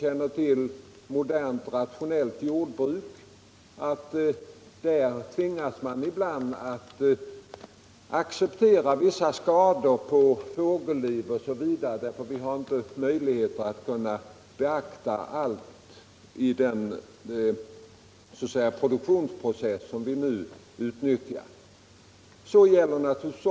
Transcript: Inom det moderna, rationella jordbruket tvingas man t.ex. ibland acceptera vissa skador på fågelliv osv., eftersom man i den produktionsprocess som vi numera utnyttjar inte alltid kan undvika det.